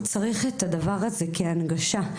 הוא צריך את הדבר הזה כהנגשה.